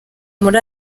muri